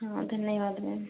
हाँ धन्यवाद मैम